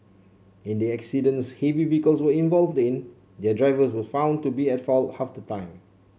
in the accidents heavy vehicles were involved in their drivers were found to be at fault half the time